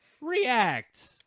React